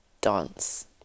dance